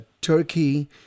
turkey